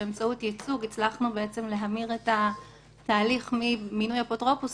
ובאמצעות ייצוג הצלחנו להמיר את התהליך ממינוי אפוטרופוס